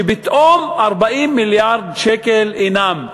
שפתאום 40 מיליארד שקל אינם,